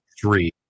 three